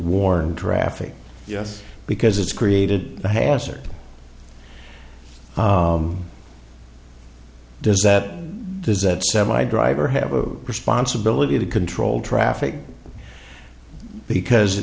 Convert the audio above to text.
warn drafty yes because it's created the hazard does that does that semi driver have a responsibility to control traffic because